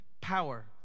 power